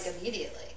immediately